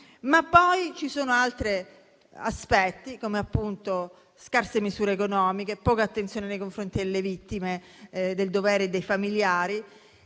però, ci sono altri aspetti, come appunto scarse misure economiche, poca attenzione nei confronti delle vittime del dovere e dei loro familiari,